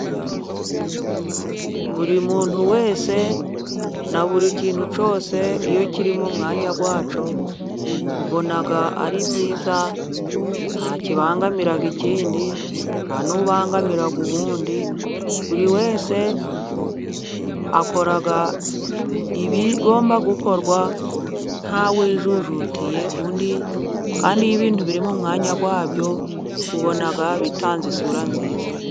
Buri muntu wese na buri kintu cyose, iyo kiri mu mwanya wacyo ubona ari byiza, nta kibangamira ikindi nta n'ubangamira undi. Buri wese akora ibigomba gukorwa ntawijujutiye undi, kandi iyo ibintu biri mu mwanya wabyo ubona bitanze isura nziza.